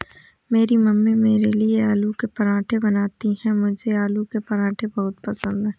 मेरी मम्मी मेरे लिए आलू के पराठे बनाती हैं मुझे आलू के पराठे बहुत पसंद है